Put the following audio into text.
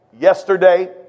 yesterday